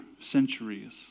centuries